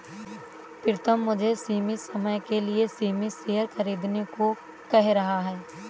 प्रितम मुझे सीमित समय के लिए सीमित शेयर खरीदने को कह रहा हैं